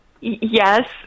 Yes